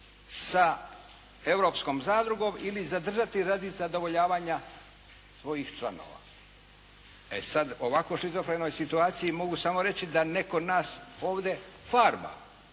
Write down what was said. sa europskom zadrugom ili zadržati radi zadovoljavanja svojih članova. E sada u ovako šizofrenoj situaciji mogu samo reći da netko nas ovdje farba.